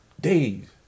days